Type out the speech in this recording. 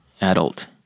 adult